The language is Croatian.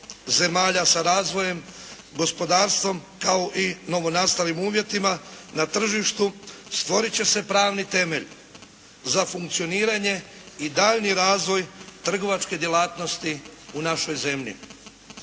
zemalja sa razvojem gospodarstva kao i novonastalim uvjetima na tržištu stvorit će se pravni temelj za funkcioniranje i daljnji razvoj trgovačke djelatnosti u našoj zemlji.